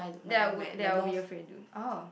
that I would that I would be afraid do oh